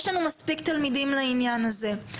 יש לנו מספיק תלמידים לעניין הזה.